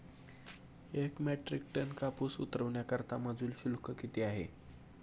एक metric tonne कापूस उतरवण्याकरता मजूर शुल्क किती आहे?